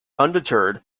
undeterred